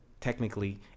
technically